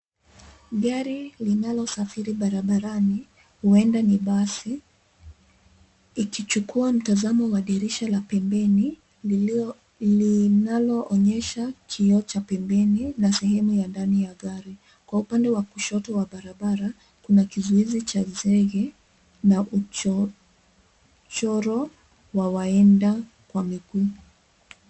Gari linalosafiri barabarani, huenda ni basi, ikichukua mtazamo wa dirisha la pembeni, lilio, linaoonyesha kioo cha pembeni, na sehemu ya ndani ya gari. Kwa upande wa kushoto wa barabara, kuna kizuizi cha zenge na ucho, uchoro, wa waenda kwa miguu.